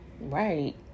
right